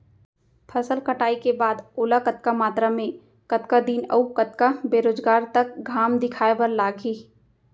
फसल कटाई के बाद ओला कतका मात्रा मे, कतका दिन अऊ कतका बेरोजगार तक घाम दिखाए बर लागही?